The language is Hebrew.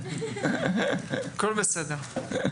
הכול בסדר.